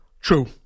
True